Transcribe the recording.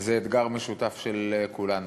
זה אתגר משותף של כולנו.